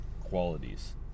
qualities